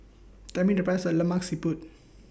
Tell Me The Price of Lemak Siput